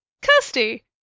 Kirsty